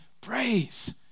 praise